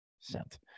Sent